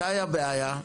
מתי הבעיה?